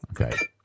Okay